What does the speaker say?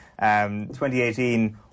2018